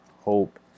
hope